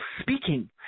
speaking